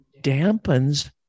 dampens